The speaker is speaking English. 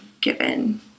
given